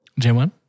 J1